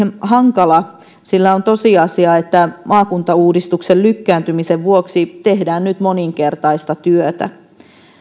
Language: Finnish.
hankala sillä on tosiasia että maakuntauudistuksen lykkääntymisen vuoksi tehdään nyt moninkertaista työtä